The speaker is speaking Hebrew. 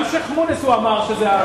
גם על שיח'-מוניס הוא אמר שזה,